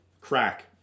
crack